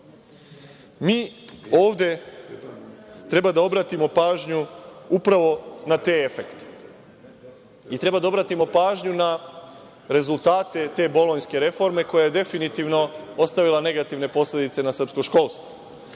ovde treba da obratimo pažnju upravo na te efekte. Treba da obratimo pažnju na rezultate te bolonjske reforme koja je definitivno ostavila negativne posledice po srpsko školstvo.